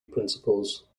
principles